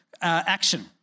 action